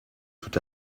tout